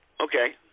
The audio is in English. Okay